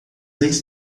leis